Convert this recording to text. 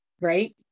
right